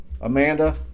Amanda